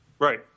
Right